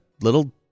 little